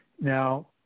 Now